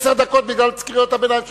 עשר דקות בגלל קריאות הביניים שלך.